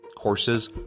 courses